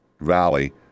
Valley